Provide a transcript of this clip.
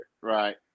Right